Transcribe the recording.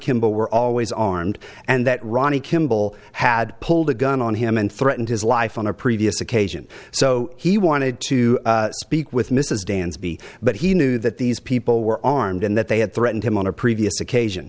kimball were always armed and that ronnie kimball had pulled a gun on him and threatened his life on a previous occasion so he wanted to speak with mrs dansby but he knew that these people were armed and that they had threatened him on a previous occasion